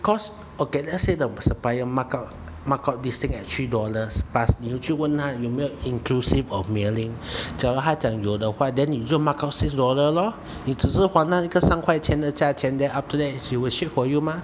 cause okay let's say the supplier the markup markup this thing at three dollars plus 你有去问他有没有 inclusive of mailing 假如他讲有的话 then 你就 markup six dollar lor 你只是还那一个三块钱的价钱 then after that she will ship for you mah